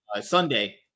Sunday